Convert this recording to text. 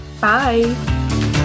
Bye